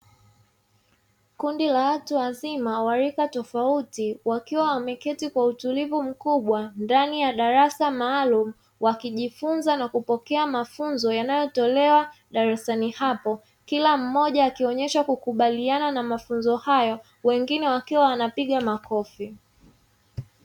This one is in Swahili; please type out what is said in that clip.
Kundi la watu wazima wa lika tofauti wakiwa wameketi kwa utulivu mkubwa ndani ya darasa maalum, wakijifunza na kupokea mafunzo yanayotolewa darasani hapo kila mmoja akionyesha kukubaliana na mafunzo hayo wengine wakiwa wanapiga makofi.